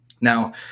now